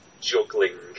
juggling